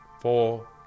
four